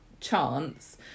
chance